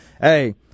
Hey